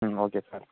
ம் okay sir